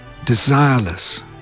desireless